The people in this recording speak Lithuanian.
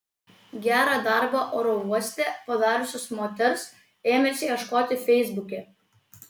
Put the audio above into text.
gerą darbą oro uoste padariusios moters ėmėsi ieškoti feisbuke